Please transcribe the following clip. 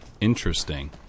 Interesting